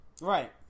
Right